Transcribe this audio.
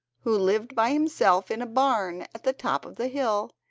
who lived by himself in a barn at the top of the hill,